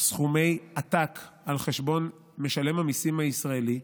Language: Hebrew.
סכומי עתק על חשבון משלם המיסים הישראלי,